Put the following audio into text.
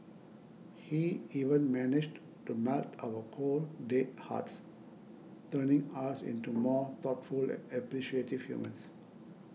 he even managed to melt our cold dead hearts turning us into more thoughtful and appreciative humans